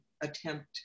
attempt